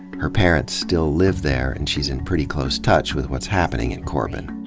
her parents still live there and she's in pretty close touch with what's happening in corbin.